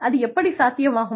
அது எப்படிச் சாத்தியமாகும்